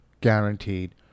Guaranteed